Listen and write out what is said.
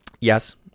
Yes